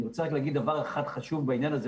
אני רוצה רק להגיד דבר חשוב אחד בעניין הזה,